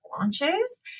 launches